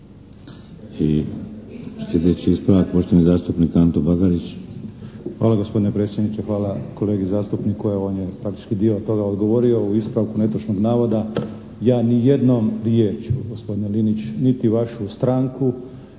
Hvala gospodine predsjedniče, hvala kolegi zastupniku. On je praktički dio toga odgovorio u ispravku netočnog navoda. Ja ni jednom riječju gospodine Linić, niti vašu stranku,